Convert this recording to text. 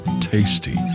tasty